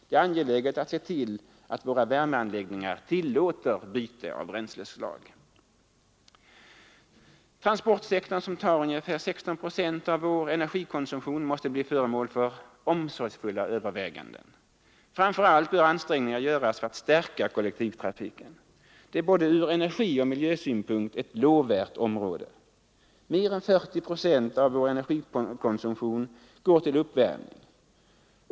Det är angeläget att se till att våra värmeanläggningar tillåter byte av bränsleslag. Transportsektorn, som tar ungefär 16 procent av vår energikonsumtion, måste bli föremål för omsorgsfulla överväganden. Framför allt bör ansträngningar göras för att stärka kollektivtrafiken. Det är både från energioch från miljösynpunkt ett lovvärt område. Mer än 40 procent av vår energikonsumtion går till uppvärmning.